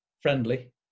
friendly